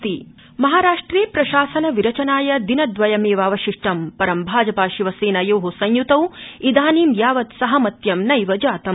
महाराष्ट्र प्रशासनम् महाराष्ट्रे प्रशासन विरचनाय दिनद्वयमेवावशिष्टमु पर भाजपा शिवसेनयो संयुतौ इदानीं यावत् साहमत्य नैव जातम्